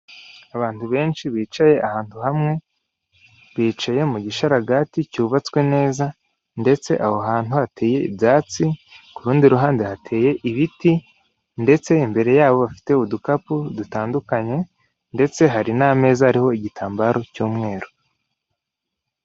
Abantu benshi bicaye ahantu hamwe, bicaye mu gishararaga cyubatswe neza ndetse aho hantu hateye ibyatsi, ku rundi ruhande hateye ibiti ndetse imbere yabo bafite udukapu dutandukanye ndetse hari n'ameza ariho igitambaro cy'umweru.